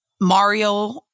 Mario